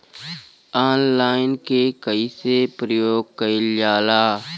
Online के कइसे प्रयोग कइल जाला?